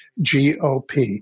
GOP